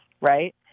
right